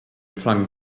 flung